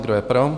Kdo je pro?